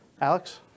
alex